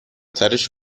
ترِش